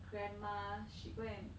grandma she go and